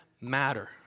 matter